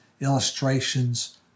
illustrations